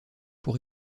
pour